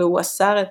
והוא אסר את